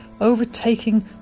overtaking